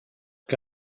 que